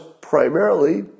primarily